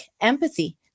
empathy